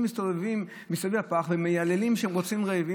מסתובבים מסביב הפח ומייללים שהם רעבים.